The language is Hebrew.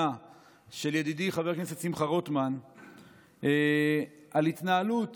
של ידידי חבר הכנסת שמחה רוטמן על התנהלות